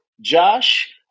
Josh